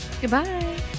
Goodbye